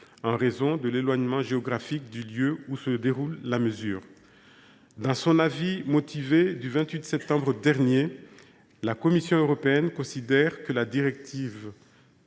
en raison de l’éloignement géographique du lieu où [elle] se déroule ». Dans son avis motivé du 28 septembre dernier, la Commission européenne considère que l’expression